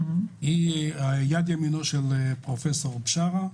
היא יד ימינו של פרופ' בשאראת.